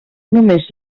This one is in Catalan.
només